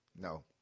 no